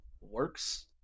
works